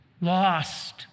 lost